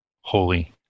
holy